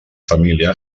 família